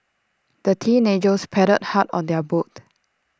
the teenagers paddled hard on their boat